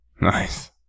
Nice